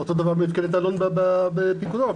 אותו דבר מפקדת אלון בפיקוד העורף.